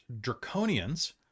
draconians